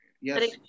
Yes